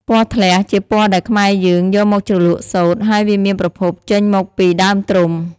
ពណ៌៌ធ្លះជាពណ៌ដែលខ្មែរយើងយកមកជ្រលក់សូត្រ ហើយវាមានប្រភពចេញមកពីដើមត្រុំ។